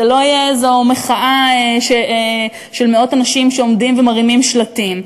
זה לא יהיה איזו מחאה של מאות אנשים שעומדים ומרימים שלטים.